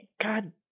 God